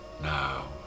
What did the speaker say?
Now